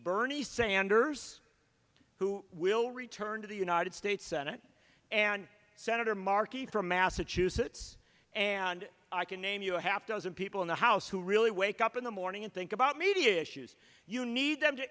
bernie sanders who will return to the united states senate and senator markey from massachusetts and i can name you a half dozen people in the house who really wake up in the morning and think about media issues you need them to